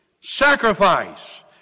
Sacrifice